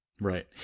Right